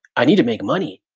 i need to make money,